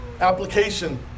application